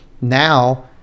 now